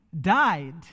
died